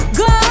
go